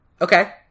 Okay